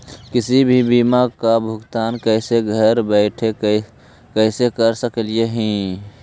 किसी भी बीमा का भुगतान कैसे घर बैठे कैसे कर स्कली ही?